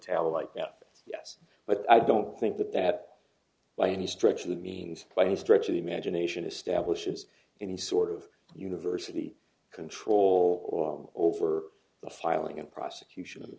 tel like now yes but i don't think that that by any stretch of the means by any stretch of imagination establishes any sort of university control over the filing and prosecution